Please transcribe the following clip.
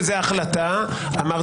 המלצה.